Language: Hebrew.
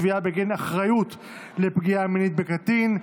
תביעה בגין אחריות לפגיעה מינית בקטין),